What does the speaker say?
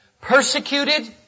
persecuted